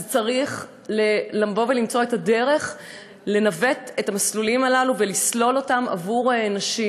אז צריך למצוא את הדרך לנווט את המסלולים הללו ולסלול אותם עבור נשים.